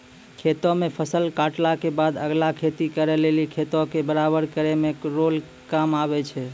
खेतो मे फसल काटला के बादे अगला खेती करे लेली खेतो के बराबर करै मे रोलर काम आबै छै